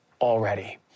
already